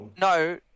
No